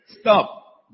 Stop